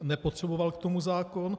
Nepotřeboval k tomu zákon.